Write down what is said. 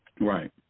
Right